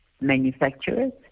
manufacturers